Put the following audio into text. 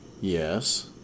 Yes